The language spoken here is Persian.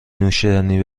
نوشیدنی